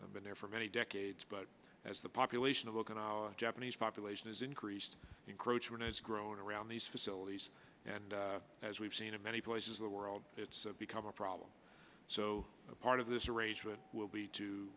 have been there for many decades but as the population of okinawa japanese population is increased encroachments is growing around these facilities and as we've seen in many places of the world it's become a problem so part of this arrangement will be to